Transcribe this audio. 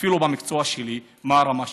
אפילו במקצוע שלי, מה הרמה שלהם.